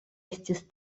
estis